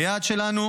היעד שלנו